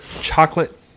chocolate